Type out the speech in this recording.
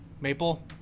Maple